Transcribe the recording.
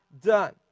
done